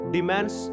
Demands